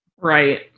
Right